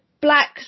black